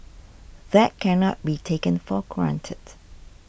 that cannot be taken for granted